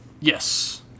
Yes